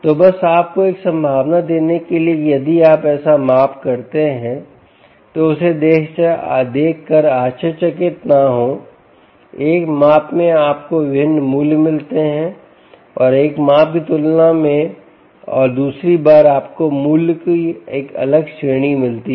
तो बस आपको एक संभावना देने के लिए कि यदि आप ऐसा माप करते हैं तो उसे देखकर आश्चर्यचकित न हों एक माप में आपको विभिन्न मूल्य मिलते हैं और एक माप की तुलना में और दूसरी बार आपको मूल्यों की एक अलग श्रेणी मिलती है